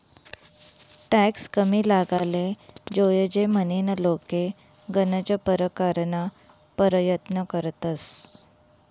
tax कमी लागाले जोयजे म्हनीन लोके गनज परकारना परयत्न करतंस